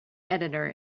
editor